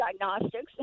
diagnostics